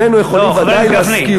שנינו יכולים ודאי להסכים,